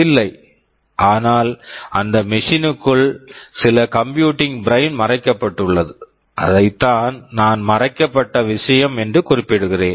இல்லை ஆனால் அந்த மெஷின் machine க்குள் சில கம்ப்யூட்டிங் பிரைன் computing brain மறைக்கப்பட்டுள்ளது அதைத்தான் நான் மறைக்கப்பட்ட விஷயம் என்று குறிப்பிடுகிறேன்